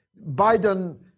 Biden